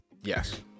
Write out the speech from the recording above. yes